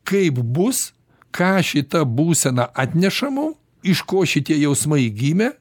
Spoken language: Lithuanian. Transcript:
kaip bus ką šita būsena atneša mum iš ko šitie jausmai gimė